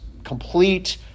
complete